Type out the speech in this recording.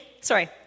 sorry